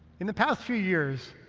in the past few years,